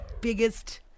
biggest